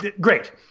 great